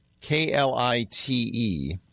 K-L-I-T-E